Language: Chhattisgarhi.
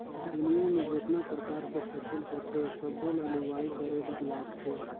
दुनियां में जेतना परकार के फसिल होथे सबो ल लूवाई करे बर लागथे